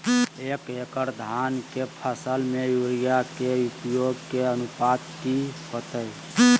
एक एकड़ धान के फसल में यूरिया के उपयोग के अनुपात की होतय?